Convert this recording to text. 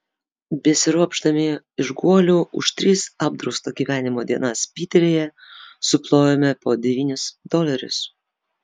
besiropšdami iš guolių už tris apdrausto gyvenimo dienas piteryje suplojome po devynis dolerius